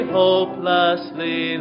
hopelessly